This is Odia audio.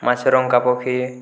ମାଛରଙ୍କା ପକ୍ଷୀ